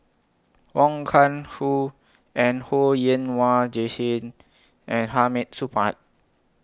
Wong Kah Ho and Ho Yen Wah Jesmine and Hamid Supaat